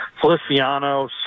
Feliciano